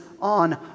on